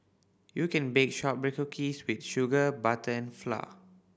you can bake shortbread cookies with sugar butter and flour